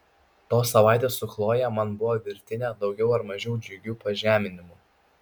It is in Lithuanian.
tos savaitės su chloje man buvo virtinė daugiau ar mažiau džiugių pažeminimų